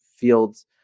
fields